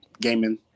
gaming